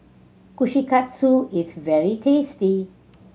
kushikatsu is very tasty